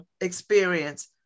experience